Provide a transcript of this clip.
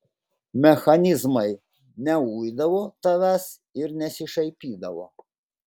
mechanizmai neuidavo tavęs ir nesišaipydavo